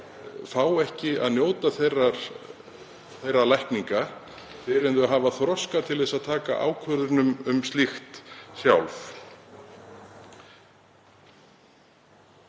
fá ekki að njóta þeirra lækninga fyrr en þau hafa þroska til að taka ákvörðun um slíkt sjálf.